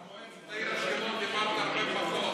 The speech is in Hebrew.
במועצת העיר אשקלון דיברת הרבה פחות.